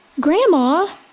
Grandma